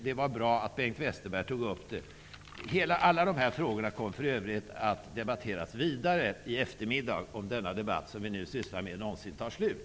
Det var bra att Bengt Westerberg tog upp det. Alla de här frågorna kommer för övrigt att debatteras vidare i eftermiddag -- om den debatt som vi nu sysslar med någonsin tar slut.